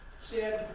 said,